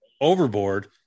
overboard